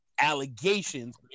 allegations